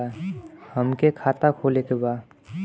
हमके खाता खोले के बा?